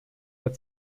der